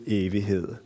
evighed